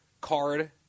card